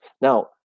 Now